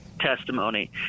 testimony